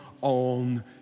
on